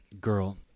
girl